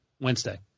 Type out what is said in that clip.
Wednesday